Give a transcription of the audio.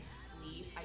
sleep